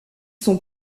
sont